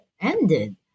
ended